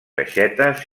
aixetes